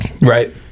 Right